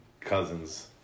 Cousins